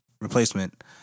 replacement